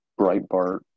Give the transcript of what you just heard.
Breitbart